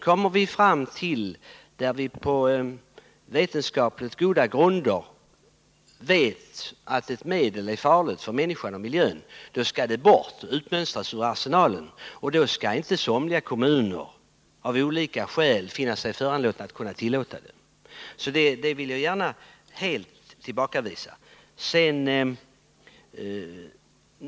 Kommer vi på vetenskapligt goda grunder fram till att ett medel är farligt för människan och miljön, då skall det bort, utmönstras ur arsenalen, och då skall inte somliga kommuner av olika skäl finna sig föranlåtna att kunna tillåta besprutning. Jag vill gärna tillbakavisa detta.